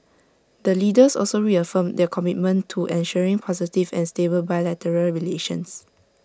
the leaders also reaffirmed their commitment to ensuring positive and stable bilateral relations